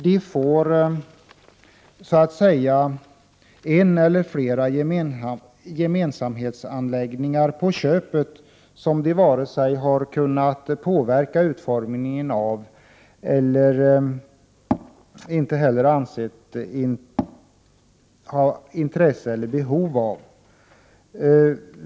De får en eller flera gemensamhetsanläggningar så att säga på köpet som de varken kunnat påverka utformningen av eller ansett sig ha intresse eller behov av.